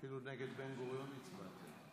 אפילו נגד בן-גוריון הצבעתם.